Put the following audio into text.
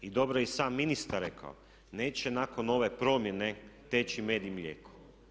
I dobro je i sam ministar rekao, neće nakon ove promjene teći med i mlijeko.